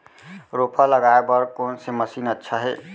रोपा लगाय बर कोन से मशीन अच्छा हे?